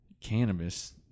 cannabis